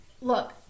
Look